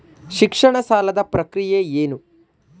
ಶಿಕ್ಷಣ ಸಾಲದ ಪ್ರಕ್ರಿಯೆ ಏನು?